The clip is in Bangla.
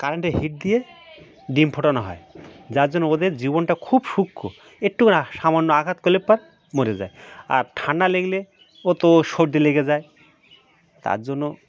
কারেন্টে হিট দিয়ে ডিম ফোটানো হয় যার জন্য ওদের জীবনটা খুব সূক্ষ্ম একটু মানে সামান্য আঘাত করলে পর মরে যায় আর ঠান্ডা লাগলে ও তো সর্দি লেগে যায় তার জন্য